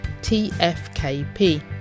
tfkp